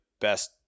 best